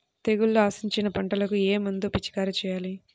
తెగుళ్లు ఆశించిన పంటలకు ఏ మందు పిచికారీ చేయాలి?